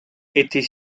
était